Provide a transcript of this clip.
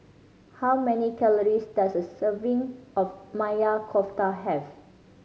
how many calories does a serving of Maya Kofta have